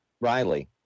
riley